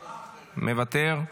מוותר.